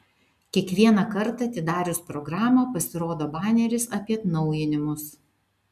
kiekvieną kartą atidarius programą pasirodo baneris apie atnaujinimus